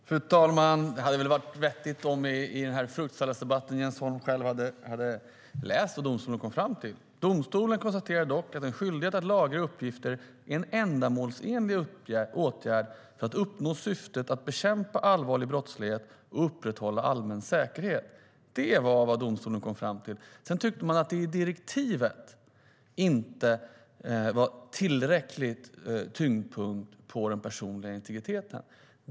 Fru talman! Det hade varit vettigt i denna fruktsalladsdebatt om Jens Holm själv hade läst vad domstolen kom fram till, nämligen: Domstolen konstaterar dock att en skyldighet att lagra uppgifter är en ändamålsenlig åtgärd för att uppnå syftet att bekämpa allvarlig brottslighet och upprätthålla allmän säkerhet. Det var vad domstolen kom fram till. Sedan tyckte man att det i direktivet inte var en tillräcklig tyngdpunkt på den personliga integriteten.